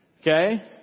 Okay